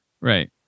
Right